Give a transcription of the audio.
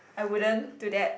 I wouldn't do that